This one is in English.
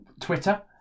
Twitter